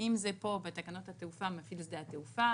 אם זה פה בתקנות התעופה, מפעיל שדה התעופה,